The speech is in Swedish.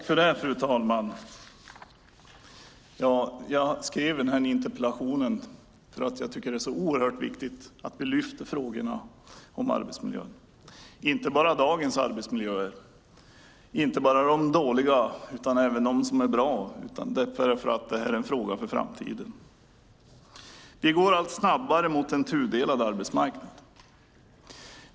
Fru talman! Jag skrev interpellationen för att det är så oerhört viktigt att vi lyfter fram frågorna om arbetsmiljön. Det gäller inte bara dagens arbetsmiljöer, och inte bara de dåliga utan även de som är bra. Det är också en fråga en fråga för framtiden. Vi går allt snabbare mot en tudelad arbetsmarknad.